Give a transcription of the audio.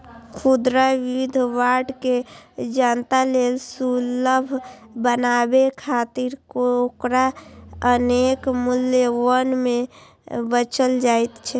खुदरा युद्ध बांड के जनता लेल सुलभ बनाबै खातिर ओकरा अनेक मूल्य वर्ग मे बेचल जाइ छै